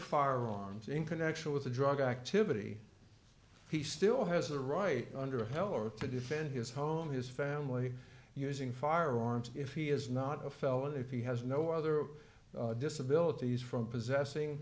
firearms in connection with the drug activity he still has a right under heller to defend his home his family using firearms if he is not a felon if he has no other disabilities from possessing